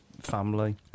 family